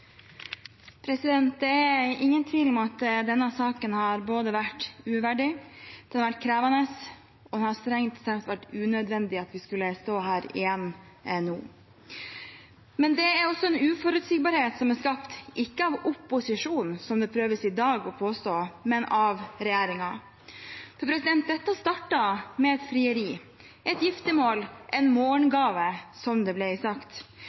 ingen tvil om at denne saken har vært både uverdig og krevende, og det hadde strengt tatt vært unødvendig at vi skulle stå her igjen nå. Men det er også en uforutsigbarhet som er skapt – ikke av opposisjonen, som en prøver å påstå i dag, men av regjeringen. Dette startet med et frieri, et giftermål, en morgengave, som det ble sagt.